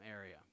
area